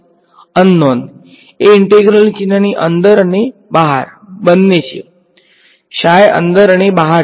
વિદ્યાર્થી unknown unknown એ integral ચિહ્નની અંદર અને બહાર બંને છે અંદર અને બહાર છે